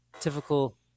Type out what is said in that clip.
typical